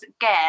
get